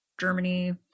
Germany